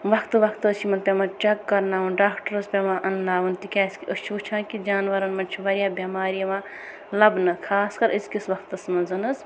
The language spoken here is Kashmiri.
وقتہٕ وقتہٕ حظ چھِ یِمن پٮ۪وان چَک کَرُناوُن ڈاکٹَرس پٮ۪وان انناوٕنۍ تَکٮیازِ کہِ أسۍ چھِ وٕچھان کہِ جانوَرن منٛز چھِ واریاہ بٮ۪مارِ یِوان لبنہٕ خاص کَر أزۍ کِس وقتس منٛز حظ